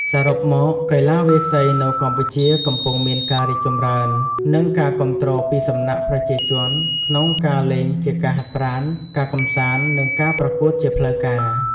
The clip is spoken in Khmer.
សរុបមក កីឡាវាយសីនៅកម្ពុជាកំពុងមានការរីកចម្រើន និងការគាំទ្រពីសំណាក់ប្រជាជនក្នុងការលេងជាការហាត់ប្រាណ ការកំសាន្ត និងការប្រកួតជាផ្លូវការ។